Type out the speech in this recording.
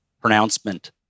pronouncement